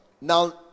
now